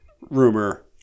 rumor